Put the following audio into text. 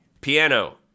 piano